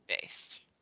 based